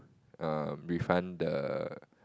um refund the